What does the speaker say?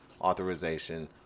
authorization